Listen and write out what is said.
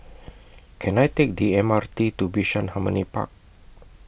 Can I Take The M R T to Bishan Harmony Park